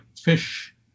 fish